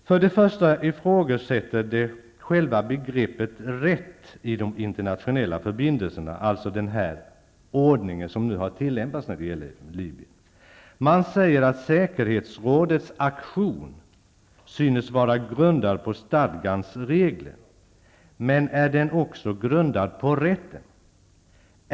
För det första ifrågasätter det själva begreppet rätt i de internationella förbindelserna -- dvs. den ordning som nu har tillämpats när det gäller Libyen. Man säger att säkerhetsrådets aktion synes vara grundad på stadgans regler. Men är den också grundad på rätten?